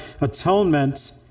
atonement